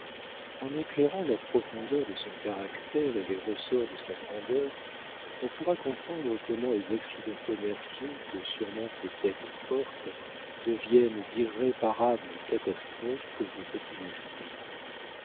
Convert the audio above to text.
en éclairant la profondeur de son caractère et les ressorts de sa grandeur on pourra comprendre comment les accidents commerciaux que surmontent les têtes fortes deviennent d'irréparables catastrophes pour de petits esprits